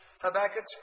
Habakkuk